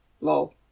Lol